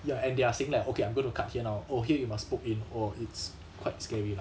ya and they're saying like okay I'm going to cut you here now oh here you must poke in !whoa! it's quite scary lah